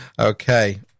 Okay